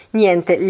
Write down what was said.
niente